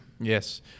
Yes